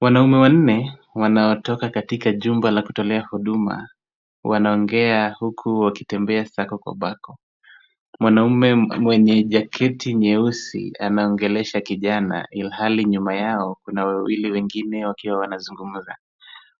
Wanaume wanne wanatoka katika jumba la kutolea huduma. Wanaongea huku wakitembea sako kwa bako. Mwanamume mwenye jaketi nyeusi anaongelesha kijana, ilhali nyuma yao kuna wawili wengine wakiwa wanazungumza.